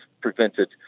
prevented